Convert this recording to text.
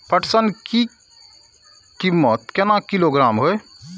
पटसन की कीमत केना किलोग्राम हय?